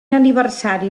aniversari